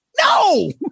no